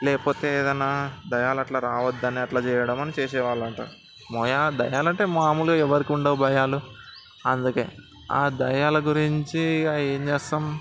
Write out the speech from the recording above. లేకపోతే ఏదన్నా దయ్యాలు అట్లా రావద్దని అట్లా చేయడం అని అట్లా చేసేవాళ్ళంట దయ్యాలు అంటే మామూలుగా ఎవరికి ఉండవు భయాలు అందుకే ఆ దయ్యాల గురించి ఇక ఏం చేస్తాం